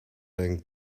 and